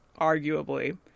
arguably